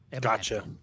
Gotcha